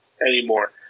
anymore